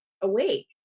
awake